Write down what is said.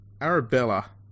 Arabella